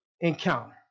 encounter